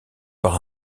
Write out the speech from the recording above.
par